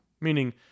Meaning